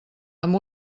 amb